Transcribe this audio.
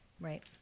Right